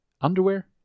underwear